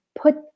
put